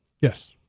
Yes